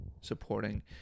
supporting